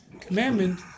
commandment